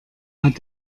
hat